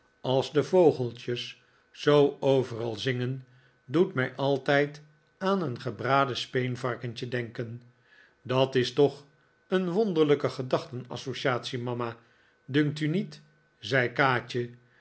als de vogeltjes zoo overal zingen doet mij altijd aan een gebraden speenvarkentje denken dat is toch een wonderlijke gedachten associatie mama dunkt u niet zei kaatje